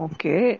Okay